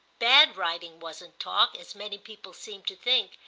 bad writing wasn't talk, as many people seemed to think,